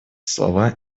слова